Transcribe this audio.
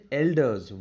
elders